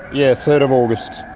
yeah third of august.